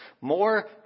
more